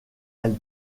elle